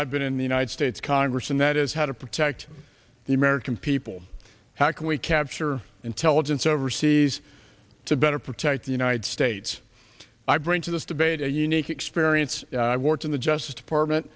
i've been in the united states congress and that is how to protect the american people how can we capture intelligence overseas to better protect the united states i bring to this debate a unique experience i worked in the justice department